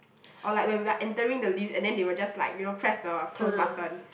or like when we are entering the lifts and then they will just like you know press the close button